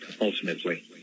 ultimately